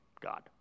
God